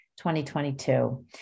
2022